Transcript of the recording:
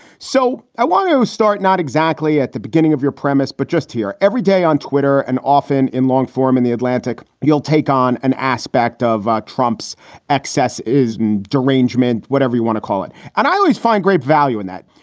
so i want to start not exactly at the beginning of your premise, but just here every day on twitter and often in long form in the atlantic. you'll take on an aspect ah of ah trump's excess is derangement, whatever you want to call it. and i always find great value in that.